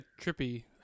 trippy